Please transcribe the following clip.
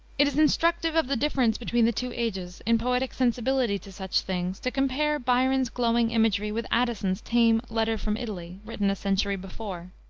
it is instructive of the difference between the two ages, in poetic sensibility to such things, to compare byron's glowing imagery with addison's tame letter from italy, written a century before.